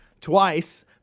twice